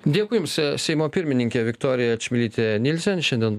dėkui jums seimo pirmininkė viktorija čmilytė nilsen šiandien